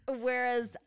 whereas